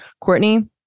Courtney